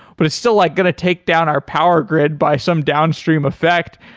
but it's still like going to take down our power grid by some downstream effect.